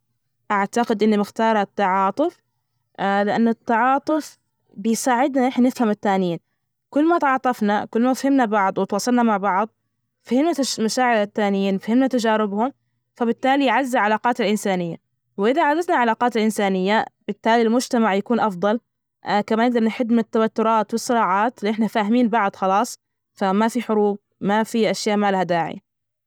اعتقد انى بختار التعاطف لانه التعاطف بيساعدنا إننا نفهم التانيين، كل ما تعاطفنا كل ما فهمنا بعض وتواصلنا مع بعض، فهمنا مشاعر التانيين، فهمنا تجاربهم، فبالتالى يعزز العلاقات الانسانيه و اذا عززنا العلاقات الانسانية بالتالي المجتمع يكون افضل كمان نجدر نحد من التوترات والصراعات نحن فاهمين بعد خلاص فما في حروب، ما في اشياء مالها داعي.